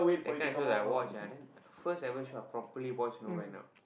that kinda of shows I watch ah then first ever show I properly watch you know when I